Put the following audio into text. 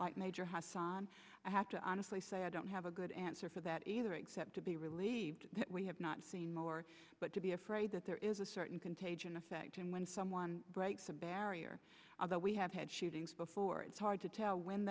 like major hasan i have to honestly say i don't have a good answer for that either except to be relieved that we have not seen more but to be afraid that there is a certain contagion effect and when someone breaks a barrier although we have had shootings before it's hard to tell when